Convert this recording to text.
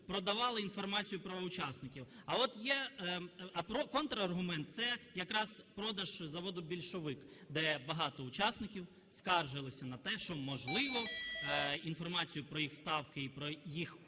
продавали інформацію про учасників. А от є контраргумент – це якраз продаж заводу "Більшовик", де багато учасників скаржилися на те, що, можливо, інформацію про їх ставки і про їх персональні